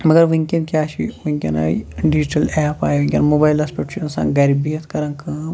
مگر وُنکٮ۪ن کیٛاہ چھِ وُنکٮ۪ن آیہِ ڈِجِٹَل ایپ آیہِ وُنکٮ۪ن موبایِلَس پٮ۪ٹھ چھُ اِنسان گَرِ بِہِتھ کران کٲم